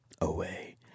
away